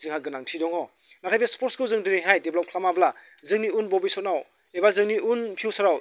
जोंहा गोनांथि दङ नाथाय बे स्पर्ट्सखौ जोङो दिनैहाय देभलप खालामाब्ला जोंनि उन भबिसदाव एबा जोंनि उन फिउचाराव